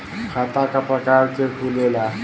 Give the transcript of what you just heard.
खाता क प्रकार के खुलेला?